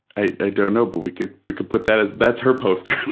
i don't know, but we could we could put that as, that's her poster,